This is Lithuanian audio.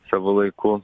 savo laiku